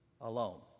alone